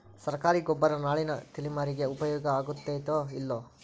ಸರ್ಕಾರಿ ಗೊಬ್ಬರ ನಾಳಿನ ತಲೆಮಾರಿಗೆ ಉಪಯೋಗ ಆಗತೈತೋ, ಇಲ್ಲೋ?